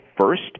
first